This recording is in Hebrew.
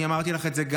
אני אמרתי לך את זה,